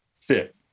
fit